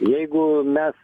jeigu mes